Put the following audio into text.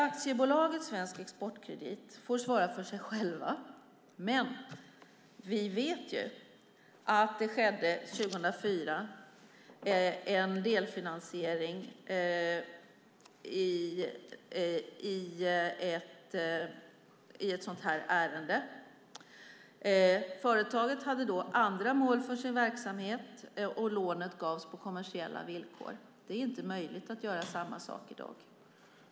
Aktiebolaget Svensk Exportkredit får svara för sig självt. Men vi vet att det 2004 gjordes en delfinansiering i ett sådant här ärende. Företaget hade då andra mål för sin verksamhet, och lånet gavs på kommersiella villkor. Det är inte möjligt att göra samma sak i dag.